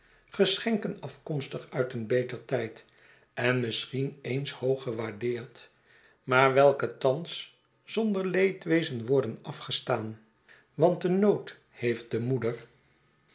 geschenken afkomstig uit een beter tijd en misschien eens hooggewaardeerd maar welke thatis zonder leedwezen worden afgestaan want de nood heeft de moeder